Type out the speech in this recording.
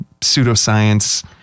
pseudoscience